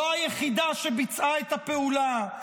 לא היחידה שביצעה את הפעולה,